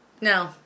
No